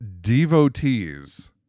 devotees